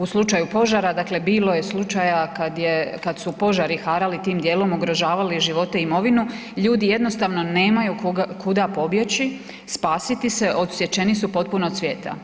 U slučaju požara, dakle bilo je slučaja kad je, kad su požari harali tim dijelom, ugrožavali živote i imovinu, ljudi jednostavno nemaju kuda pobjeći, spasiti se, odsječeni su potpuno od svijeta.